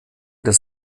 des